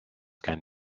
can